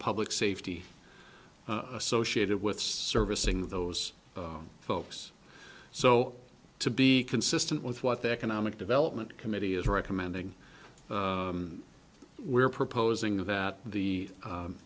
public safety associated with servicing those folks so to be consistent with what the economic development committee is recommending we're proposing that the num